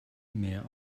mehr